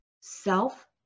self